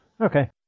Okay